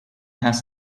has